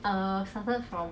good